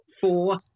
four